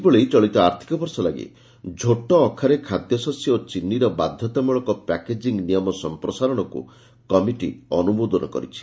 ସେହିଭଳି ଚଳିତ ଆର୍ଥିକ ବର୍ଷଲାଗି ଝୋଟ ଅଖାରେ ଖାଦ୍ୟଶସ୍ୟ ଓ ଚିନିର ବାଧତାମ୍ଟଳକ ପ୍ୟାକେଜିଂ ନିୟମ ସମ୍ପ୍ରସାରଣକୁ କମିଟି ଅନୁମୋଦନ କରିଛି